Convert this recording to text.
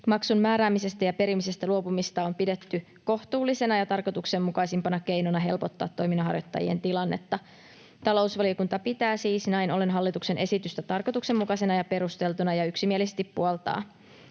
Maksun määräämisestä ja perimisestä luopumista on pidetty kohtuullisena ja tarkoituksenmukaisimpana keinona helpottaa toiminnanharjoittajien tilannetta. Talousvaliokunta pitää siis näin ollen hallituksen esitystä tarkoituksenmukaisena ja perusteltuna ja yksimielisesti puoltaa